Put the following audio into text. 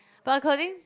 but according